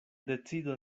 decido